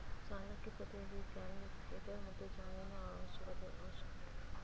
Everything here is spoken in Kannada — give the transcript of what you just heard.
ಸಾಲಕ್ಕೆ ಪ್ರತಿಯಾಗಿ ಕೊಲ್ಯಾಟರಲ್ ಮತ್ತು ಜಾಮೀನು ಅತ್ಯವಶ್ಯಕವೇ?